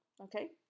okay